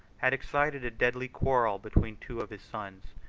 had excited a deadly quarrel between two of his sons,